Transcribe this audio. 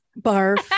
barf